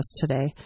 today